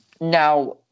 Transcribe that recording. Now